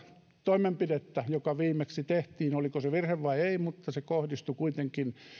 toimenpidettä joka viimeksi tehtiin oliko se virhe vai ei joka kohdistui kuitenkin